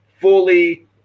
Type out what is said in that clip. fully